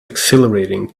exhilarating